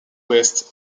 west